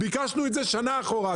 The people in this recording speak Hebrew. ואנחנו ביקשנו את זה רק שנה אחורה.